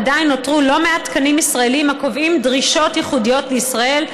עדיין נותרו לא מעט תקנים ישראליים הקובעים דרישות ייחודיות לישראל,